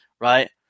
right